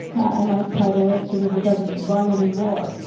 i might title it, the river doesn't run anymore,